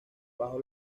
bajo